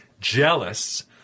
jealous